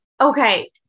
Okay